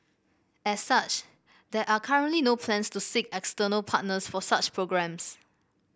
as such there are currently no plans to seek external partners for such programmes